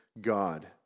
God